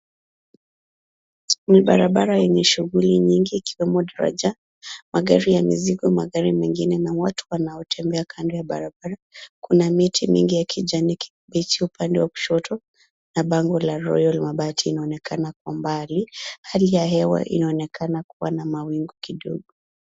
Ni barabara enye shuguli nyingi ikiwemo daraja, magari ya mizigo, magari mengine na watu wanaotembea kando ya barabara. Kuna miti mingi ya kijani kibichi upande wa kushoto na bango la Royal mabati inaonekana kwa mbali. Hai ya hewa inaonekana kuwa na mawingu kidogo.